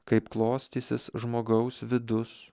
kaip klostysis žmogaus vidus